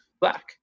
black